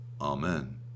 Amen